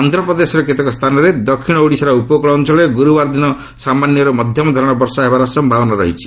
ଆନ୍ଧ୍ରପ୍ରଦେଶର କେତେକ ସ୍ଥାନରେ ଓ ଦକ୍ଷିଣ ଓଡ଼ିଶାର ଉପକୂଳ ଅଞ୍ଚଳରେ ଗୁରୁବାର ଦିନ ସାମାନ୍ୟରୁ ମଧ୍ୟମ ଧରଣର ବର୍ଷା ହେବାର ସମ୍ଭାବନା ରହିଛି